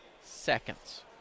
seconds